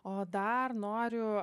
o dar noriu